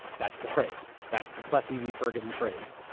that's the phrase. that's the plessy v. ferguson phrase.